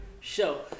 show